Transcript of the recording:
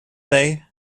they